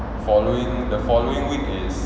following the following week is